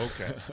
Okay